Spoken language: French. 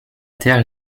terre